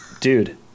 Dude